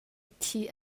thi